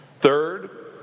Third